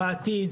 בעתיד,